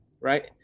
right